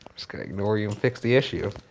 gonna ignore you and fix the issue.